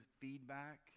feedback